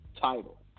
title